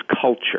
culture